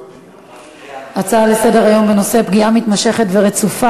ההצעות לסדר-היום בנושא: פגיעה מתמשכת ורצופה